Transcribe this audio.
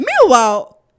meanwhile